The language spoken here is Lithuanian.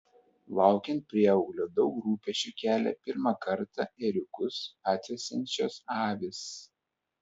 laukiant prieauglio daug rūpesčių kelia pirmą kartą ėriukus atvesiančios avys